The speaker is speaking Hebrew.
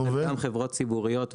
גם חברות ציבוריות,